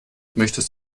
möchtest